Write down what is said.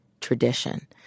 tradition